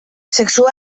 sexua